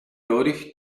nodig